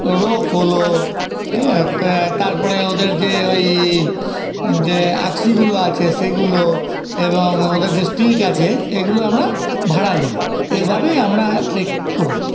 rope হল তারপরে ওদের যে ওই যে আঁকশিগুলো আছে সেগুলো এবং ওদের যে স্টিক আছে এগুলো আমরা ভাড়া নিই এইভাবেই আমরা ট্রেক করি